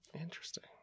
Interesting